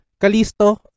Kalisto